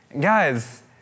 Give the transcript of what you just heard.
Guys